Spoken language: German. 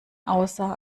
außer